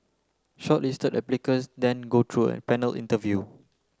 shortlisted applicants then go through a panel interview